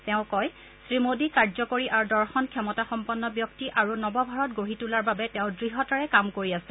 তেওঁ কয় শ্ৰীমোদী কাৰ্যকৰী আৰু দৰ্শন ক্ষমতা সম্পন্ন ব্যক্তি আৰু নৱভাৰত গঢ়ি তোলাৰ বাবে তেওঁ দৃঢ়তাৰে কাম কৰি আছে